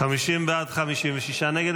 בעד, 56 נגד.